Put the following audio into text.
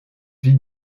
vit